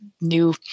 new